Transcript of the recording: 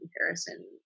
comparison